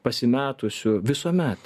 pasimetusių visuomet